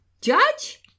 Judge